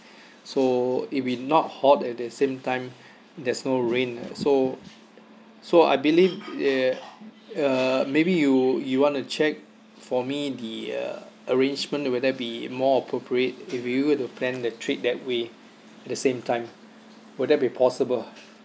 so it will not hot at the same time there's no rain so so I believe yeah uh maybe you you wanna check for me the uh arrangement will that be more appropriate if you were to plan the trip that way at the same time would there be possible